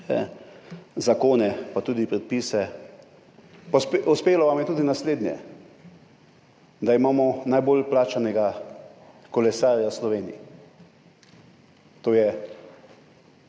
zakone pa tudi predpise. Uspelo vam je tudi naslednje – da imamo najbolj plačanega kolesarja v Sloveniji, to je